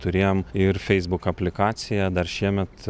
turėjom ir facebook aplikaciją dar šiemet